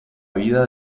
vida